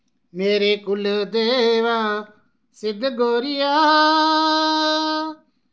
मेरे कुलदेवा सिद्ध गोरिया